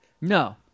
No